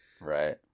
Right